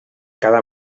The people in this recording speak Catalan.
cada